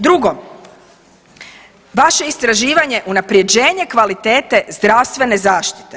Drugo, vaše istraživanje unapređenje kvalitete zdravstvene zaštite.